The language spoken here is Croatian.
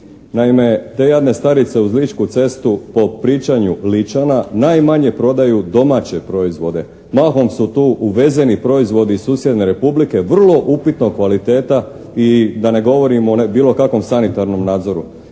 Naime te jadne starice uz ličku cestu po pričanju Ličana, najmanje prodaju domaće proizvode, mahom su to uvezeni proizvodi iz susjedne Republike, vrlo upitnog kvaliteta i da ne govorim o bilo kakvom sanitarnom nadzoru.